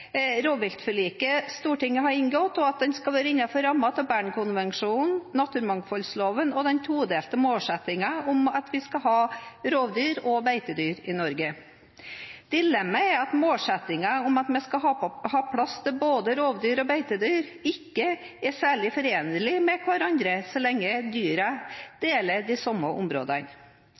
rovviltforliket Stortinget har inngått, og at den skal være innenfor rammen av Bern-konvensjonen, naturmangfoldloven og den todelte målsettingen om at vi skal ha rovdyr og beitedyr i Norge. Dilemmaet er at målsettingen om at vi skal ha plass til både rovdyr og beitedyr, ikke er særlig oppnåelig så lenge dyrene deler de samme områdene.